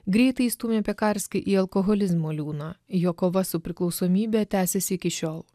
greitai įstūmė piekarskį į alkoholizmo liūną jo kova su priklausomybe tęsiasi iki šiol